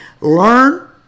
Learn